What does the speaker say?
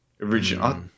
original